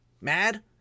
mad